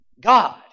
God